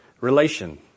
relation